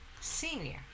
Senior